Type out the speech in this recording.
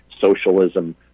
socialism